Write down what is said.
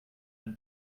ein